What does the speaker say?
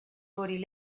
already